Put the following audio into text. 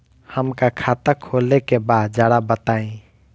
हमका खाता खोले के बा जरा बताई?